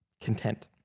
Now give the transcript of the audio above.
Content